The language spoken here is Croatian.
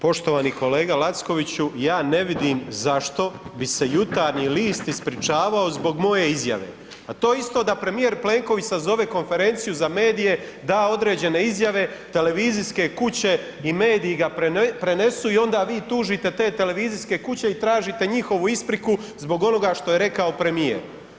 Poštovani kolega Lackoviću, ja ne vidim zašto bi se Jutarnji list ispričavao zbog moje izjave, pa to je isto da premijer Plenković sazove konferenciju za medije, da određene izjave, televizijske kuće i mediji ga prenesu i onda vi tužite te televizijske kuće i tražite njihovu ispriku zbog onoga što je rekao premijer.